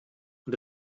und